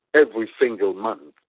every single month.